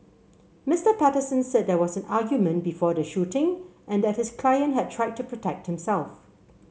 Mister Patterson said there was an argument before the shooting and that his client had tried to protect himself